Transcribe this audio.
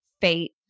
fate